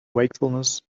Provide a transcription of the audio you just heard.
wakefulness